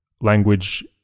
language